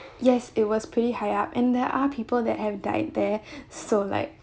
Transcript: yes it was pretty high up and there are people that have died there so like